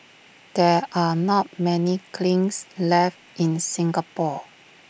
there are not many kilns left in Singapore